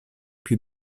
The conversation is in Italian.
più